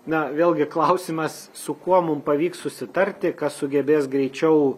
na vėlgi klausimas su kuo mum pavyks susitarti kas sugebės greičiau